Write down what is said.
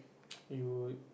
you